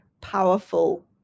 powerful